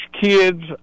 kids